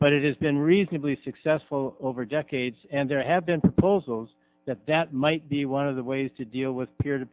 but it has been reasonably successful over decades and there have been proposals that that might be one of the ways to deal with peer to